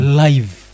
live